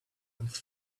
and